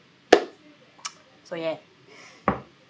so ya